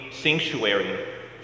sanctuary